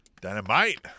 Dynamite